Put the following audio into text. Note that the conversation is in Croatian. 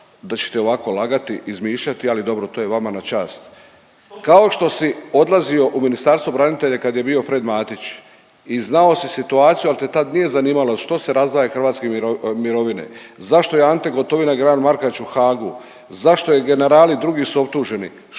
da će te ovako lagati, izmišljati, ali dobro to je vama na čast. Kao što si odlazio u Ministarstvo branitelja kad je bio Fred Matić i znao si situaciju, ali te tad nije zanimalo što se razdvajaju hrvatske mirovine, zašto je Ante Gotovina i Markač u Haagu. Zašto generali drugi su optuženi?